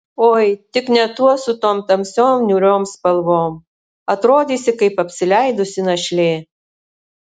oi tik ne tuos su tom tamsiom niūriom spalvom atrodysi kaip apsileidusi našlė